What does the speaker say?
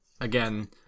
again